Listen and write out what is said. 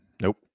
Nope